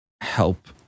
help